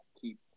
keep